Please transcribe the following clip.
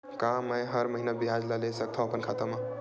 का मैं हर महीना ब्याज ला ले सकथव अपन खाता मा?